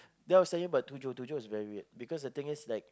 then I was talking about tujuh is very weird because the thing is like